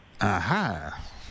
aha